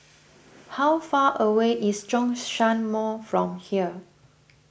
how far away is Zhongshan Mall from here